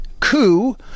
coup